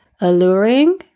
alluring